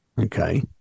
Okay